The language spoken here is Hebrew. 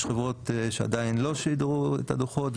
יש חברות שעדיין לא שידרו את הדו"חות,